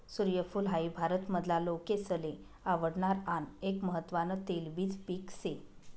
सूर्यफूल हाई भारत मधला लोकेसले आवडणार आन एक महत्वान तेलबिज पिक से